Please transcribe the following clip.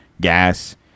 gas